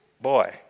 boy